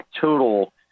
total